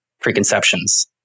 preconceptions